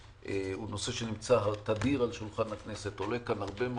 הוא נושא שנמצא תדיר על שולחן הכנסת ועולה כאן הרבה מאוד.